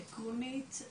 עקרונית,